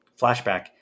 flashback